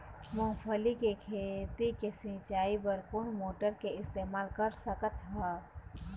मूंगफली के खेती के सिचाई बर कोन मोटर के इस्तेमाल कर सकत ह?